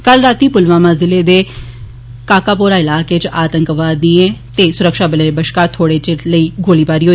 कल रातीं पुलवामा जिले दे काकोपोरा इलाके च आतंकवादिएं ते सुरक्षाबलें बश्कार थोड़े चिरे लेई गोलीबारी होई